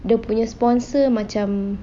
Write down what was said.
dia punya sponsor macam